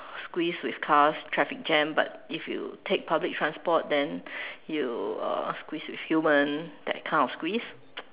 squeeze with cars traffic jam but if you take public transport then you uh squeeze with human that kind of squeeze